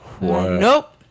Nope